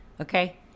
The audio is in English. Okay